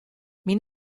myn